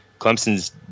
Clemson's